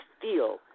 feel